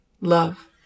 Love